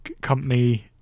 company